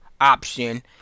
option